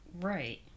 Right